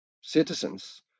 citizens